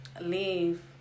Leave